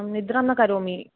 निद्रान्न करोमि